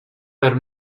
per